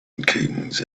kings